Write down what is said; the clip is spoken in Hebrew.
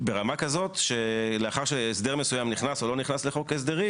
ברמה כזאת שלאחר שהסדר מסוים נכנס או לא נכנס לחוק ההסדרים